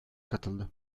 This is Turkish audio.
katıldı